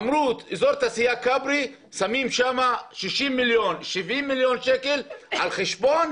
ואמרו שבצומת כברי שמים 70-60 מיליון שקל על חשבון